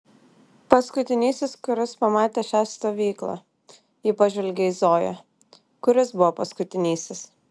paskutinysis kuris pamatė šią stovyklą ji pažvelgė į zoją kuris buvo paskutinysis